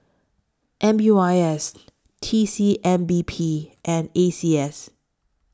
M U I S T C M B P and A C S